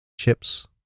CHIPS